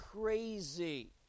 crazy